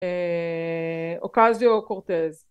אוקייזיו קורטז.